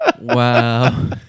Wow